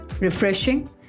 refreshing